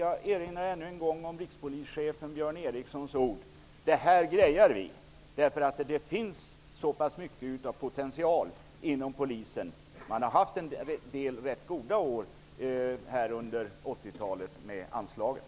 Jag erinrar ännu en gång om rikspolischefen Björn Erikssons ord: ''Det här grejar vi!''. Det finns en stor potential inom polisen. Man har haft en del rätt goda år under 80-talet vad beträffar anslagen.